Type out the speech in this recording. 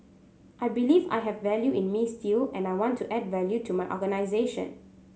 I believe I have value in me still and I want to add value to my organisation